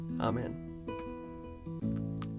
Amen